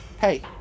Hey